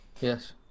yes